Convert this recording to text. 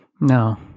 no